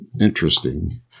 interesting